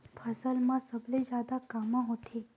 फसल मा सबले जादा कामा होथे?